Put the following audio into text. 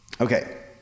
Okay